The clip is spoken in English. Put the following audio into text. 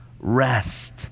rest